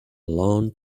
lawn